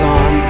on